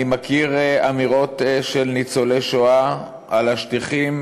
אני מכיר אמירות של ניצולי שואה על השטיחים